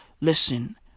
listen